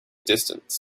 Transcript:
distance